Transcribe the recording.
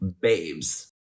babes